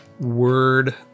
word